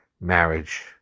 marriage